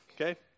okay